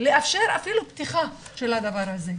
לאפשר אפילו פתיחה של הדבר הזה.